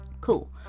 Cool